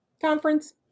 conference